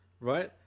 right